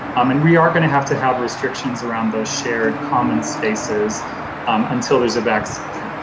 um and we are going to have to have restrictions around those shared common spaces until there's a vaccine.